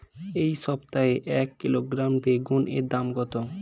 এই সপ্তাহে এক কিলোগ্রাম বেগুন এর দাম কত?